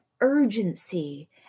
urgency